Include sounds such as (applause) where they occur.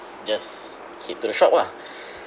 just head to the shop ah (breath)